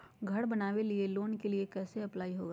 घर बनावे लिय लोन के लिए कैसे अप्लाई होगा?